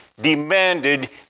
demanded